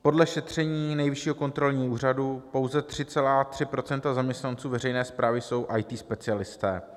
Podle šetření Nejvyššího kontrolního úřadu pouze 3,3 % zaměstnanců veřejné správy jsou IT specialisté.